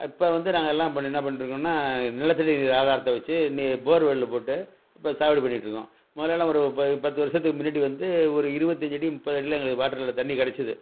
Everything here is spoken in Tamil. இப்போ வந்து நாங்கெல்லாம் என்ன பண்ணிட்டுருக்கோன்னா நிலத்தடி நீர் ஆதாரத்தை வச்சி நீ போர் வெல்லு போட்டு இப்போ சாகுபடி பண்ணிட்டுருக்கோம் முதலலாம் ஒரு ப பத்து வருடத்துக்கு முன்னாடி வந்து ஒரு இருபத்தஞ்சி அடி முப்பது அடியில் எங்களுக்கு வாட்டர் நில தண்ணி கிடச்சிது